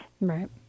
Right